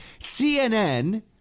CNN